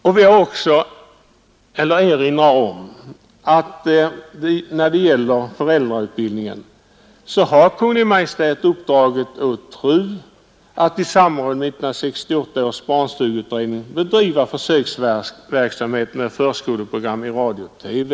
Vidare har Kungl. Maj:t när det gäller möjligheterna till föräldrautbildning uppdragit åt TRU att i samråd med 1968 års barnstugeutredning bedriva försöksverksamhet med förskoleprogram i radio och TV.